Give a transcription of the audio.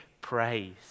praise